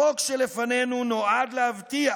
החוק שלפנינו נועד להבטיח